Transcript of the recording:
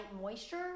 moisture